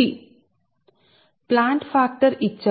T plant factor 0